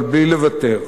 אבל בלי לוותר.